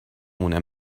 مونه